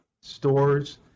stores